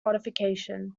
modification